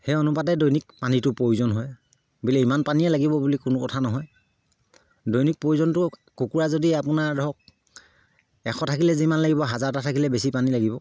সেই অনুপাতে দৈনিক পানীটোৰ প্ৰয়োজন হয় বোলে ইমান পানীয়ে লাগিব বুলি কোনো কথা নহয় দৈনিক প্ৰয়োজনটো কুকুৰা যদি আপোনাৰ ধৰক এশ থাকিলে যিমান লাগিব হাজাৰটা থাকিলে বেছি পানী লাগিব